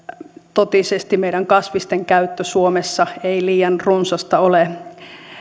totisesti meidän kasvisten käyttö suomessa ei liian runsasta ole